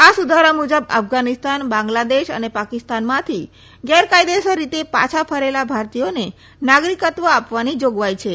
આ સુધારા મુજબ અફઘાનીસ્તાન બાંગ્લાદેશ અને પાકિસ્તાનમાંથી ગેરકાયદેસર રીતે પાછા ફરેલા ભારતીયોને નાગરીકત્વ આપવાની જોગવાઇ છે